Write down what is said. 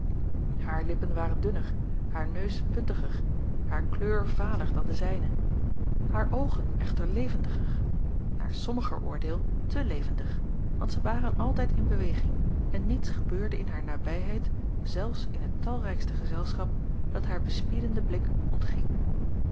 haar lippen waren dunner haar neus puntiger haar kleur valer dan de zijne haar oogen echter levendiger naar sommiger oordeel te levendig want zij waren altijd in beweging en niets gebeurde in haar nabijheid zelfs in het talrijkste gezelschap dat haar bespiedenden blik ontging